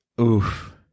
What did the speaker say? oof